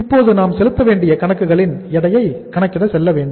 இப்போது நாம் செலுத்த வேண்டிய கணக்குகளின் எடையை கணக்கிட செல்ல வேண்டும்